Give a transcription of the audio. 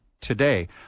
today